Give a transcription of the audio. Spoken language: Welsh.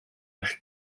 eich